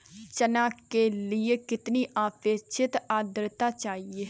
चना के लिए कितनी आपेक्षिक आद्रता चाहिए?